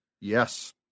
Yes